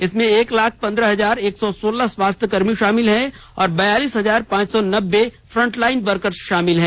इसमें एक लाख पंद्रह हजार एक सौ सोलह स्वास्थ्य कर्मी शामिल हैं और बयालिस हजार पांच सौ नब्बे फ्रंटलाइन वर्कर्स हैं